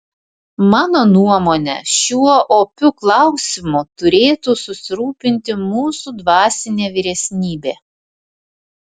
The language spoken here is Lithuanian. mano nuomone šiuo opiu klausimu turėtų susirūpinti mūsų dvasinė vyresnybė